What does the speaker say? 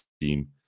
team